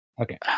Okay